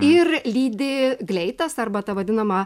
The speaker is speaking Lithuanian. ir lydi gleitas arba ta vadinama